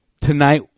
Tonight